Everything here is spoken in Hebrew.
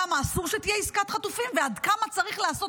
למה אסור שתהיה עסקת חטופים ועד כמה צריך לעשות